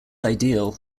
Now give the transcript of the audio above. ideal